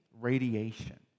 radiation